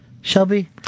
Shelby